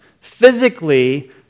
Physically